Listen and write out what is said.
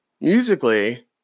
musically